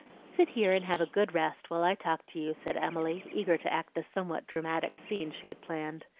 sit here and have a good rest, while i talk to you, said emily, eager to act the somewhat dramatic scene she had planned.